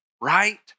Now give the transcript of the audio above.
right